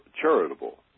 charitable